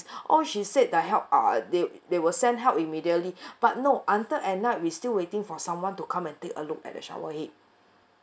all she said the help uh they they will send help immediately but no until at night we still waiting for someone to come and take a look at the shower head